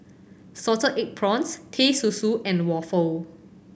salted egg prawns Teh Susu and waffle